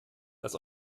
das